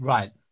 Right